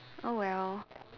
oh well